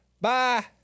Bye